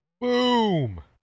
Boom